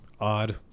Odd